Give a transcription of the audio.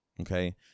okay